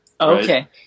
Okay